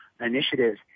initiatives